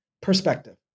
perspective